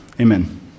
Amen